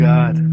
God